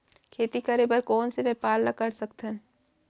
खेती करे बर कोन से व्यापार ला कर सकथन?